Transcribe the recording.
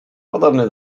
podobny